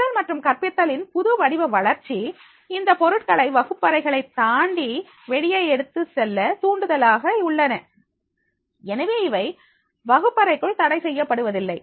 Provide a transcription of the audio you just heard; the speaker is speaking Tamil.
கற்றல் மற்றும் கற்பித்தலின் புது வடிவ வளர்ச்சி இந்தப் பொருட்களை வகுப்பறைகளை தாண்டி வெளியே எடுத்து செல்ல தூண்டுதலாக உள்ளன எனவே இவை வகுப்பறைக்குள் தடை செய்யப்படுவதில்லை